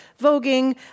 voguing